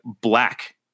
black